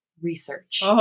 research